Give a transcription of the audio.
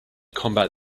combat